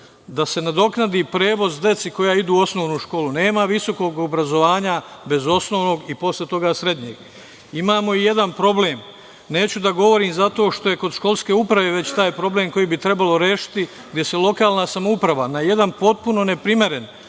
da se nadoknadi prevoz deci koja idu u osnovnu školu. Nema visokog obrazovanja bez osnovnog i posle toga srednjeg. Imamo i jedan problem. Neću da govorim, zato što je kod školske uprave već taj problem koji bi trebalo rešiti, gde se lokalna samouprava, na jedan potpuno neprimeren,